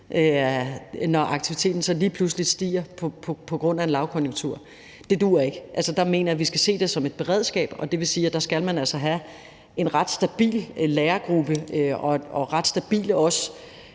når aktiviteten lige pludselig stiger på grund af lavkonjunktur. Det duer ikke. Altså, der mener jeg, at vi skal se det som et beredskab, og det vil sige, at der skal være en ret stabil lærergruppe og også ret stabile